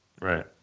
Right